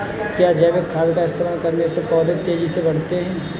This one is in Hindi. क्या जैविक खाद का इस्तेमाल करने से पौधे तेजी से बढ़ते हैं?